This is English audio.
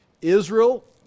Israel